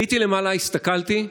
עליתי למעלה, הסתכלתי,